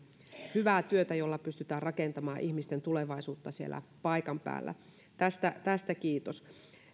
hyvää työtä jolla pystytään rakentamaan ihmisten tulevaisuutta siellä paikan päällä tästä tästä kiitos